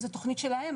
זה תוכנית שלהם,